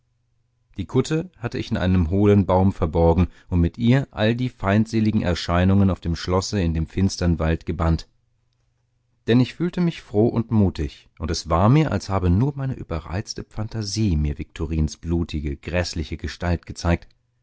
die kutte hatte ich in einen hohlen baum verborgen und mit ihr all die feindseligen erscheinungen auf dem schlosse in dem finstern wald gebannt denn ich fühlte mich froh und mutig und es war mir als habe nur meine überreizte phantasie mir viktorins blutige gräßliche gestalt gezeigt